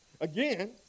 Again